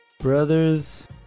Brothers